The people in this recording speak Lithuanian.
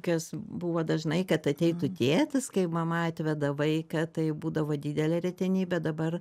kas buvo dažnai kad ateitų tėtis kai mama atveda vaiką tai būdavo didelė retenybė dabar